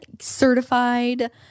certified